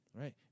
right